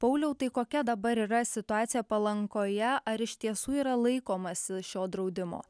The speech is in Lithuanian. pauliau tai kokia dabar yra situacija palangoje ar iš tiesų yra laikomasi šio draudimo